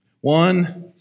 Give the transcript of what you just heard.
One